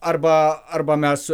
arba arba mes